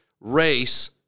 race